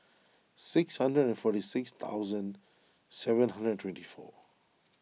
six hundred and forty six thousand seven hundred and twenty four